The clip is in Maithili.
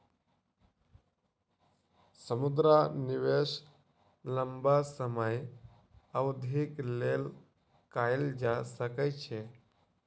मुद्रा निवेश लम्बा समय अवधिक लेल कएल जा सकै छै